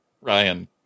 Ryan